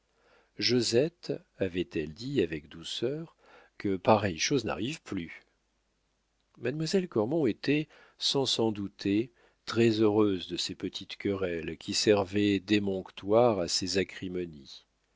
josette avait-elle dit avec douceur que pareille chose n'arrive plus mademoiselle cormon était sans s'en douter très-heureuse de ces petites querelles qui servaient d'émonctoire à ses